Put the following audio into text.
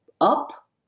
up